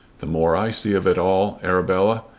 the more i see of it all, arabella,